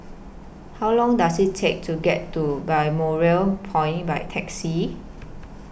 How Long Does IT Take to get to Balmoral Point By Taxi